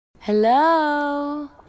Hello